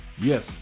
yes